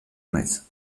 naiz